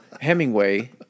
Hemingway